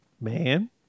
Man